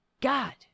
God